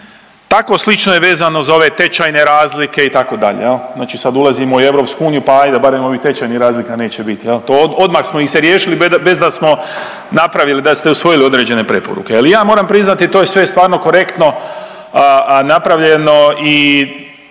Tako slično je vezano za ove tečajne razlike, itd., znanstvenih znači sad ulazimo u EU pa ajde barem ovih tečajnih razlika neće biti, je li, to odmah smo ih se riješili bez da smo napravili, da ste usvojili određene preporuke. Ja moram priznati, to je sve stvarno korektno napravljeno i